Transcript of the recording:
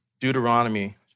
Deuteronomy